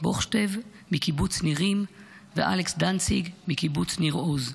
בוכשטב מקיבוץ נירים ואלכס דנציג מקיבוץ ניר עוז.